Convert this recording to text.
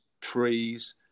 trees